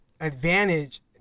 advantage